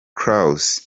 claus